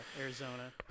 Arizona